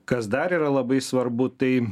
kas dar yra labai svarbu tai